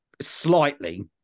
Slightly